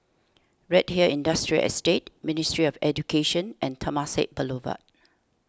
Redhill Industrial Estate Ministry of Education and Temasek Boulevard